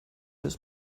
des